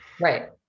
Right